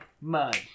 mud